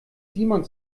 simon